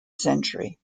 century